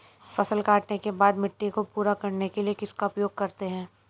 फसल काटने के बाद मिट्टी को पूरा करने के लिए किसका उपयोग करते हैं?